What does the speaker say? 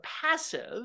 passive